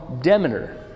Demeter